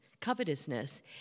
covetousness